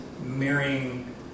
marrying